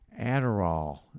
Adderall